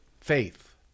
Faith